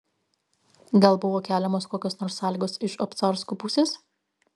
gal buvo keliamos kokios nors sąlygos iš obcarskų pusės